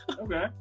Okay